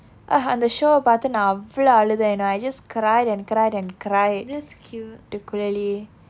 அந்த:antha show eh பார்த்து நான் அவ்வ்ளவு அழுதேன்:paartthu naan avvalvu aluthen you know I just cried and cried and cried to to clearly